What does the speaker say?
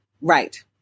Right